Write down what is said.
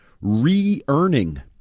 re-earning